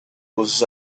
was